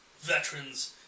veterans